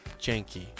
janky